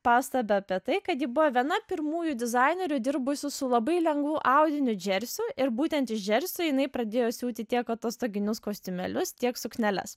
pastabą apie tai kad ji buvo viena pirmųjų dizainerių dirbusių su labai lengvu audiniu džersiu ir būtent iš džersio jinai pradėjo siūti tiek atostoginius kostiumėlius tiek sukneles